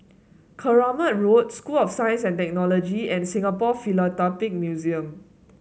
Keramat Road School of Science and Technology and Singapore Philatelic Museum